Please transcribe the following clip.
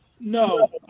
No